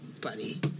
buddy